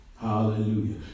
Hallelujah